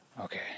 Okay